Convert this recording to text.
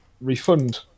refund